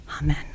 Amen